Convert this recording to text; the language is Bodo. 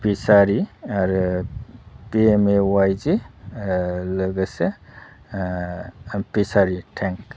फिसारि आरो P M A Y G लोगोसे फिसारि थेंक